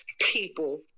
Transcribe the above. people